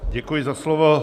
Děkuji za slovo.